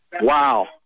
Wow